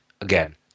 again